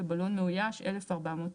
בלון מאויש - 1,420.